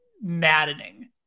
maddening